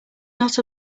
not